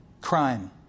crime